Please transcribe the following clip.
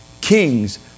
Kings